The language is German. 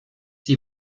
die